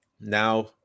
now